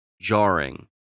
jarring